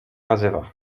nazywa